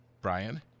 Brian